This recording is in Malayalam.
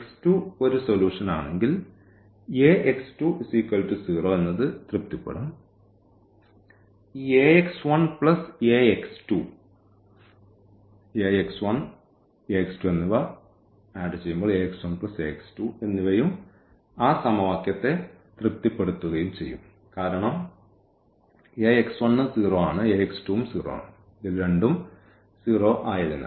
x2 ഒരു സൊല്യൂനാണെങ്കിൽ Ax20 ഇത് തൃപ്തിപ്പെടുത്തും ഈ Ax1Ax2 എന്നിവയും ആ സമവാക്യത്തെ തൃപ്തിപ്പെടുത്തുകയും ചെയ്യും കാരണം Ax1Ax2 വിൽ രണ്ടും 0 0 ആയതിനാൽ